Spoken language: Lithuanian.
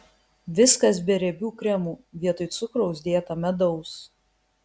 viskas be riebių kremų vietoj cukraus dėta medaus